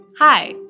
Hi